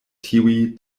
tiuj